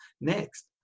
Next